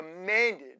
demanded